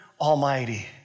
Almighty